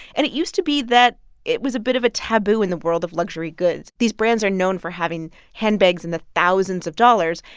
and it used to be that it was a bit of a taboo in the world of luxury goods. these brands are known for having handbags in the thousands of dollars.